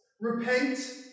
repent